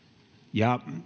ja